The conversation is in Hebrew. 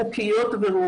חוקיות וראויות.